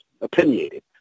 opinionated